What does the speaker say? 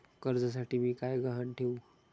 कर्जासाठी मी काय गहाण ठेवू?